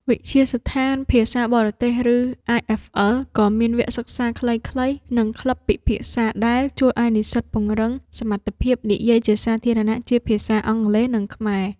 វិទ្យាស្ថានភាសាបរទេស ឬ អាយ-អិហ្វ-អិល ក៏មានវគ្គសិក្សាខ្លីៗ និងក្លឹបពិភាក្សាដែលជួយឱ្យនិស្សិតពង្រឹងសមត្ថភាពនិយាយជាសាធារណៈជាភាសាអង់គ្លេស និងខ្មែរ។